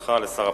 שאלתך לשר הפנים.